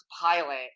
pilot